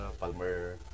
Palmer